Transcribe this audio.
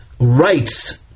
rights